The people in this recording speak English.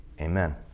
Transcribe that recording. Amen